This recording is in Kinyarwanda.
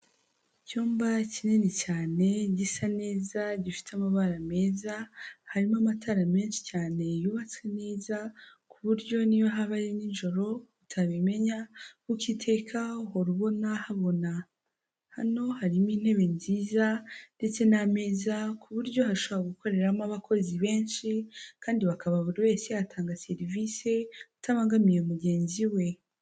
Icyumba kinini cyane gisa neza gifite amabara meza, harimo amatara menshi cyane yubatswe neza, ku buryo n'iyo haba ari ninjoro utabimenya, kuko iteka uhora ubona habona, hano harimo intebe nziza ndetse n'ameza ku buryo hashobora gukoreramo abakozi benshi, kandi bakaba buri wese yatanga serivisi atabangamiye mugenzi we.